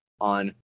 on